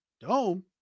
dome